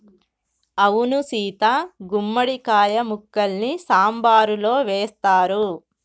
అవును సీత గుమ్మడి కాయ ముక్కల్ని సాంబారులో వేస్తారు